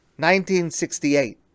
1968